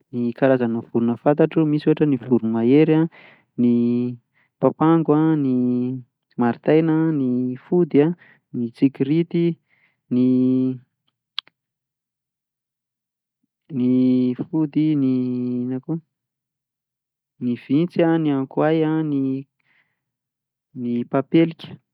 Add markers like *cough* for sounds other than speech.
Ny karazana vorona fantatro: misy ohatra ny voromahery an, ny papango an, ny maritaina an, ny fody, ny tsikirity, ny *hesitation* ny fody, ny, *hesitation* inona koa? ny vintsy an, ny ankoay an, ny papelika.